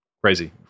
crazy